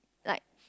like